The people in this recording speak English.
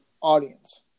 audience